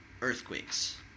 earthquakes